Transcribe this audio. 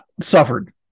suffered